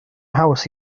haws